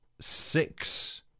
six